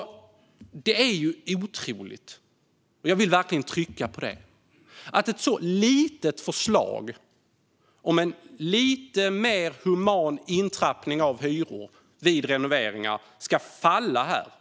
Det är ju otroligt - jag vill verkligen trycka på det - att ett så litet förslag om en lite mer human intrappning av hyror vid renoveringar ska falla här.